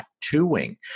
tattooing